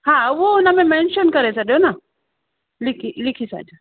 हा उहो उनमें मेनशन करे छॾियो न लिखी लिखी छॾिजो